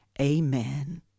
amen